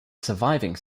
surviving